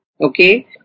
Okay